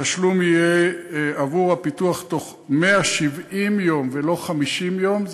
התשלום עבור הפיתוח יהיה תוך 170 יום ולא 50 יום.